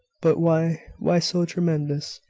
but why? why so tremendous?